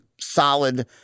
solid